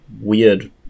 weird